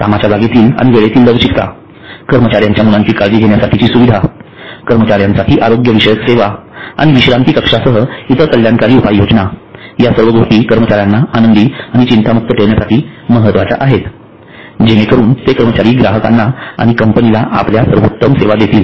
कामाच्या जागेतील आणि वेळेतील लवचिकता कर्मचार्यांच्या मुलांची काळजी घेण्यासाठीची सुविधा कर्मचार्यांसाठी आरोग्य विषयक सेवा आणि विश्रांती कक्षांसह कल्याणकरी उपाययोजना या सर्व गोष्टी कर्मचाऱ्यांना आनंदी आणि चिंतामुक्त ठेवण्यासाठी महत्वाच्या आहेत जेणेकरून ते कर्मचारी ग्राहकांना आणि कंपनीला आपल्या सर्वोत्तम सेवा देतील